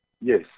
Yes